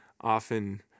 often